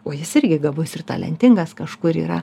o jis irgi gabus ir talentingas kažkur yra